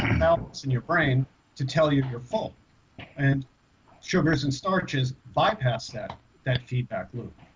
and amounts in your brain to tell you your fault and sugars and starches bypass that that feedback loop.